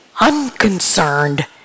unconcerned